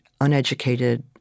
uneducated